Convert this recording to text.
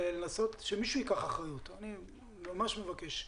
שמישהו ייקח אחריות, אני ממש מבקש.